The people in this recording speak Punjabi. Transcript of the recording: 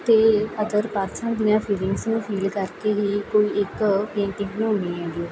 ਅਤੇ ਅਦਰ ਪਰਸਨ ਦੀਆਂ ਫੀਲਿੰਗਸ ਨੂੰ ਫੀਲ ਕਰਕੇ ਹੀ ਕੋਈ ਇੱਕ ਪੇਂਟਿੰਗ ਬਣਾਉਂਦੀ ਹੈਗੀ